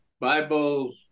Bible